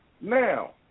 Now